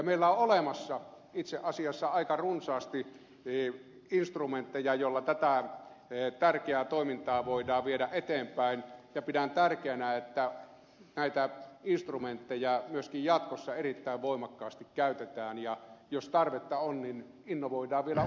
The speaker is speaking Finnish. meillä on olemassa itse asiassa aika runsaasti instrumentteja joilla tätä tärkeää toimintaa voidaan viedä eteenpäin ja pidän tärkeänä että näitä instrumentteja myöskin jatkossa erittäin voimakkaasti käytetään ja jos tarvetta on innovoidaan vielä uusiakin instrumentteja